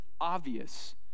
obvious